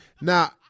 now